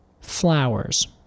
flowers